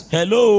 Hello